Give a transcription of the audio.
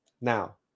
Now